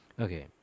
Okay